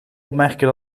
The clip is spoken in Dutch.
opmerken